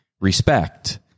respect